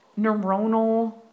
neuronal